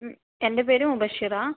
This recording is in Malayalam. എൻ്റെ പേര് മുബഷിറ